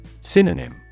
Synonym